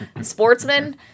sportsman